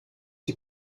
die